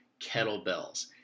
kettlebells